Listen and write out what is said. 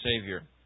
Savior